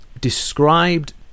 described